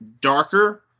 darker